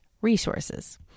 resources